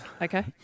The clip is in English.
Okay